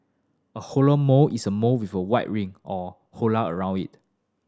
a halo mole is a mole with a white ring or halo around it